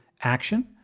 action